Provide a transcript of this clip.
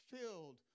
filled